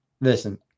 Listen